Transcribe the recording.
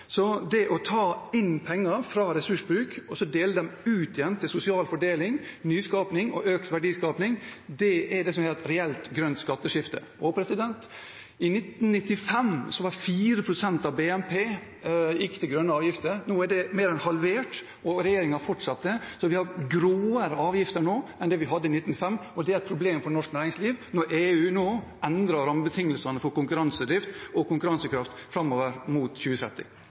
Det å ta inn penger fra ressursbruk og så dele dem ut igjen til sosial fordeling, nyskaping og økt verdiskaping er det som er et reelt grønt skatteskifte. I 1995 gikk 4 pst. av BNP til grønne avgifter. Nå er det mer enn halvert, og regjeringen har fortsatt, så vi har hatt gråere avgifter nå enn vi hadde i 1995. Det er et problem for norsk næringsliv når EU nå endrer rammebetingelsene for konkurransedrift og konkurransekraft framover mot